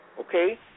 Okay